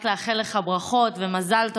רק לאחל לך ברכות ומזל טוב.